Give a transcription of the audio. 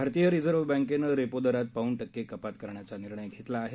भारतीय रिझर्व्ह बँकेनं रेपो दरात पाऊण टक्के कपात करायचा निर्णय घेतला आहे